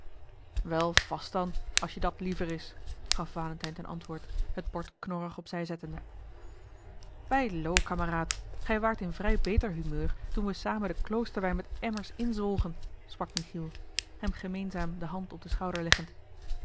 vast dan als je dat liever is gaf valentijn ten antwoord het bord knorrig op zij zettende bijlo kameraad gij waart in vrij beter humeur toen we samen den kloosterwijn met emmers inzwolgen sprak michiel hem gemeenzaam de hand op den schouder leggend